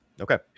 Okay